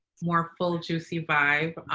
more full, juicy vibe.